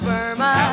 Burma